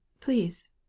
Please